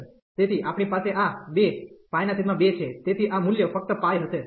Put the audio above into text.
તેથી આપણી પાસે આ 22 છે તેથી આ મૂલ્ય ફક્ત π હશે